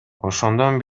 ошондон